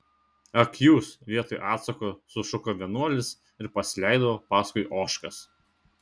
ak jūs vietoj atsako sušuko vienuolis ir pasileido paskui ožkas